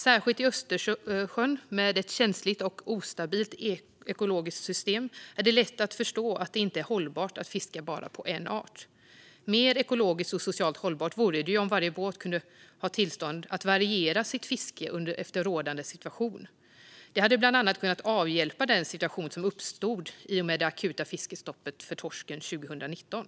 Särskilt när det gäller Östersjön med sitt känsliga och instabila ekosystem är det lätt att förstå att det inte är hållbart att fiska bara en art. Mer ekologiskt och socialt hållbart vore det om varje båt kunde få tillstånd att variera sitt fiske efter rådande situation. Det hade bland annat kunnat avhjälpa den situation som uppstod i och med det akuta fiskestoppet av torsk 2019.